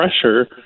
pressure